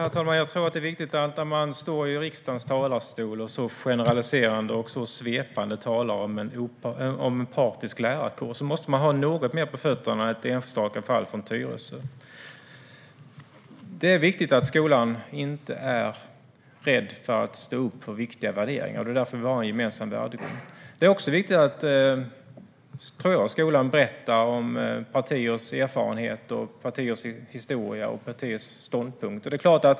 Herr talman! Jag tror att det är viktigt att säga att när man står i riksdagens talarstol och så generaliserande och svepande talar om en partisk lärarkår, då måste man ha något mer på fötterna än ett enstaka fall från Tyresö. Det är viktigt att skolan inte är rädd för att stå upp för viktiga värderingar. Det är därför vi har en gemensam värdegrund. Jag tror också att det är viktigt att skolan berättar om partiers erfarenheter, historia och ståndpunkt.